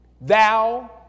thou